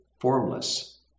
formless